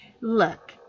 look